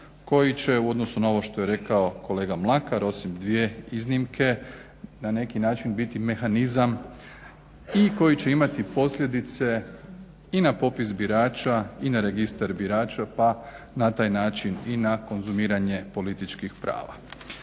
koji će u odnosu na ovo što je rekao kolega Mlakar osim dvije iznimke na neki način biti mehanizam i koji će imati posljedice i na popis birača i na registar birača pa taj način i na konzumiranje političkih prava.